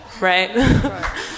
right